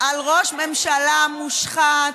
ממשלה מושחת,